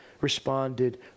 responded